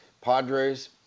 Padres